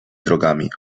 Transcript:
drogami